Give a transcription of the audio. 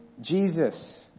Jesus